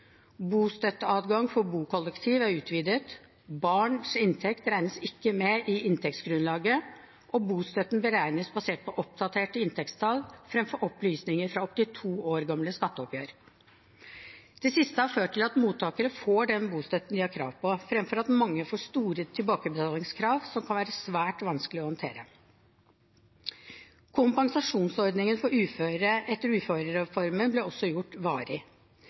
Bostøtteadgang for bokollektiv er utvidet, barns inntekt regnes ikke med i inntektsgrunnlaget, og bostøtten beregnes basert på oppdaterte inntektstall fremfor opplysninger fra opptil to år gamle skatteoppgjør. Det siste har ført til at mottakerne får den bostøtten de har krav på, fremfor at mange får store tilbakebetalingskrav som kan være svært vanskelig å håndtere. Kompensasjonsordningen for uføre etter uførereformen ble også gjort varig.